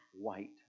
white